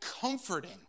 comforting